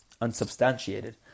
unsubstantiated